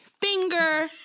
finger